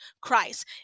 Christ